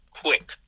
quick